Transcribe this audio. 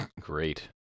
great